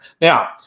Now